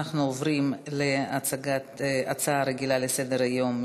אנחנו עוברים להצעה רגילה לסדר-היום,